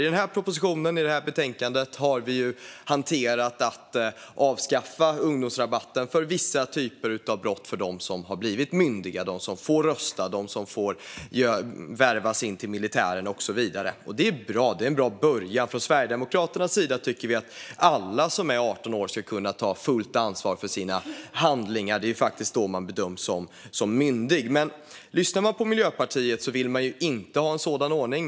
I den här propositionen och det här betänkandet har vi hanterat frågan om att avskaffa ungdomsrabatten för vissa typer av brott för dem som har blivit myndiga, får rösta, får värvas till militären och så vidare. Det är bra. Det är en bra början. Från Sverigedemokraternas sida tycker vi att alla som är 18 år ska kunna ta fullt ansvar för sina handlingar. Det är ju faktiskt då man bedöms som myndig. Lyssnar man på Miljöpartiet hör man att de inte vill ha en sådan ordning.